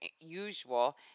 usual